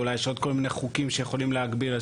אולי יש עוד כל מיני חוקים שיכולים להגביל.